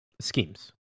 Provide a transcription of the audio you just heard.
schemes